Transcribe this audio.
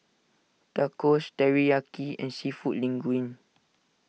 Tacos Teriyaki and Seafood Linguine